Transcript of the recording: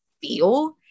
feel